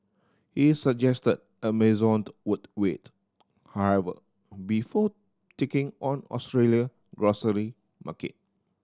he suggested Amazon would wait however before taking on Australia grocery market